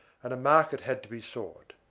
and a market had to be sought.